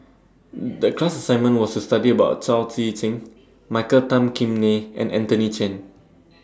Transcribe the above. The class assignment was to study about Chao Tzee Cheng Michael Tan Kim Nei and Anthony Chen